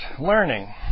learning